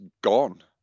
gone